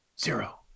zero